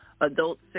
adults